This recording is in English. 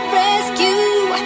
rescue